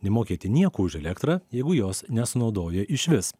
nemokėti nieko už elektrą jeigu jos nesunaudoja išvis